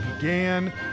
began